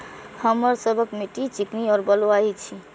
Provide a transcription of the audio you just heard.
हमर सबक मिट्टी चिकनी और बलुयाही छी?